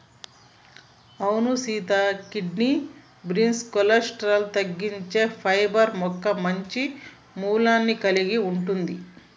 అవును Sita kidney beans cholesterol తగ్గించే fibre మొక్క మంచి మూలాన్ని కలిగి ఉంటుంది